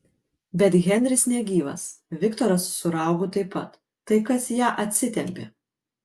bet henris negyvas viktoras su raugu taip pat tai kas ją atsitempė